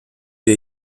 der